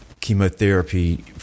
chemotherapy